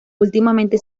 últimamente